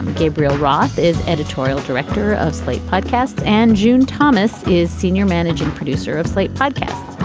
gabriel roth is editorial director of slate podcasts and june thomas is senior managing producer of slate podcast.